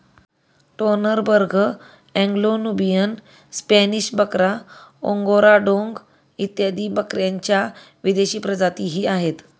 Toggenburg, Anglo Nubian, Spanish बकरा, Angora डोंग इत्यादी बकऱ्यांच्या विदेशी प्रजातीही आहेत